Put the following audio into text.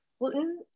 gluten